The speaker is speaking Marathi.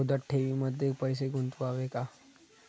मुदत ठेवींमध्ये पैसे गुंतवावे का?